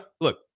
look